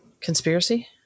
Conspiracy